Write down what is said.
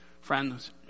Friends